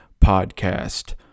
podcast